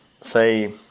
say